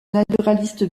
naturaliste